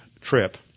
trip